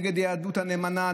נגד היהדות הנאמנה,